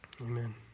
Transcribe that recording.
Amen